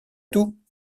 tout